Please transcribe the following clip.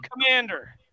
Commander